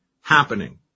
happening